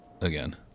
again